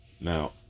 Now